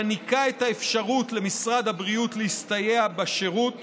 היא מעניקה את האפשרות למשרד הבריאות להסתייע בשירות